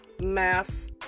mass